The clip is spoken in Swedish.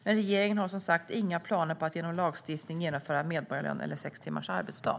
Men regeringen har som sagt inga planer på att genom lagstiftning genomföra medborgarlön eller sex timmars arbetsdag.